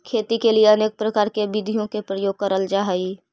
खेती के लिए अनेक प्रकार की विधियों का प्रयोग करल जा हई